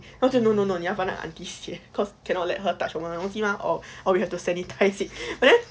oh no no no 你要帮那个 auntie 写 cause cannot let her touch 我们的东西 mah or you have to sanitize it but then